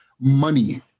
money